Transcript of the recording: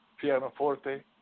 pianoforte